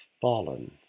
Fallen